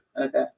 Okay